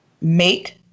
make